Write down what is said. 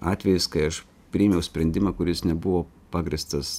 atvejis kai aš priėmiau sprendimą kuris nebuvo pagrįstas